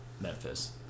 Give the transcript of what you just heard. Memphis